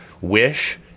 Wish